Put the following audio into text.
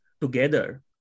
together